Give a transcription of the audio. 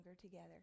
together